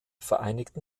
vereinigten